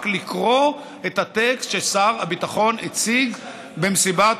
רק לקרוא את הטקסט ששר הביטחון הציג במסיבת,